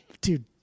dude